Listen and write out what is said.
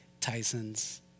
Tyson's